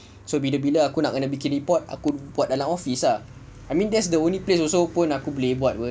so bila-bila aku nak kena bikin report aku buat dalam office ah I mean that's the only place also yang aku boleh buat apa